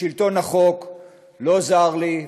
שלטון החוק לא זר לי,